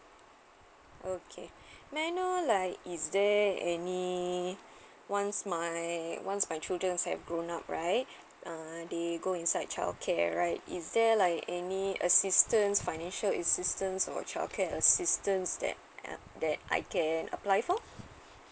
okay may I know like is there any once my once my children have grown up right uh they go inside childcare right is there like any assistance financial assistance or childcare assistance that uh that I can apply for